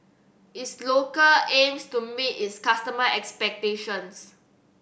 is local aims to meet its customer expectations